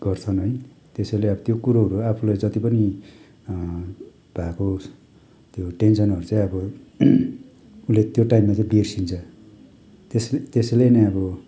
गर्छन् है त्यसैले अब त्यो कुरोहरू आफूलाई जति पनि भएको त्यो टेन्सनहरू चाहिँ अब उल्ले त्यो टाइमा चाहिँ बिर्सिन्छ त्यसैले नै अब